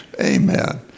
Amen